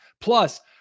Plus